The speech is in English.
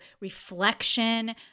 reflection